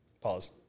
Pause